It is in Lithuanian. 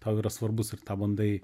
tau yra svarbus ir tą bandai